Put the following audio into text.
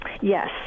Yes